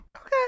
Okay